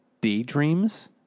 daydreams